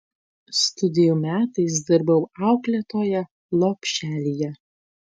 studijų metais dirbau auklėtoja lopšelyje